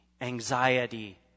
Anxiety